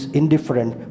indifferent